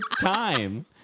time